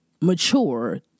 mature